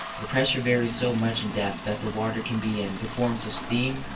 the pressure varies so much in depth that the water can be in the forms of steam,